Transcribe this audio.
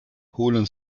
holen